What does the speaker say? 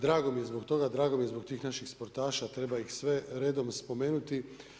Drago mi je zbog toga, drago mi je zbog tih naših sportaša, treba ih sve redom spomenuti.